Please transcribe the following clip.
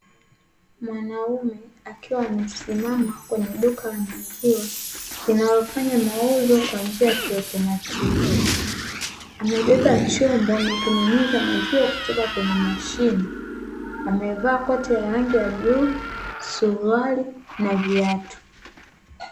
Mwanaume akiwa anasimama kwenye duka la maziwa, linalofanya mauzo kwa njia ya kiautomatiki, amebeba chombo na kunyunyiza maziwa kutoka kwenye mashine, amevaa koti la rangi ya bluu, suruali na viatu.